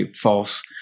false